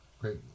great